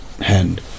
hand